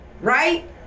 right